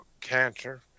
cancer